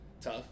tough